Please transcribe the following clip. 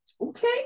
Okay